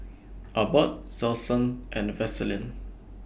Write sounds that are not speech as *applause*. *noise* Abbott Selsun and Vaselin